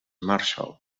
marshall